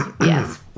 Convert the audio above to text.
Yes